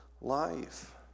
life